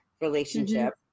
relationship